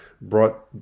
brought